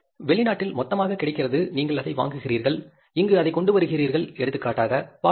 வெளிநாட்டில் மொத்தமாக கிடைக்கிறது நீங்கள் அதை வாங்குகிறீர்கள் இங்கு அதை கொண்டு வருகிறீர்கள் எடுத்துக்காட்டாக பால் பொருட்கள்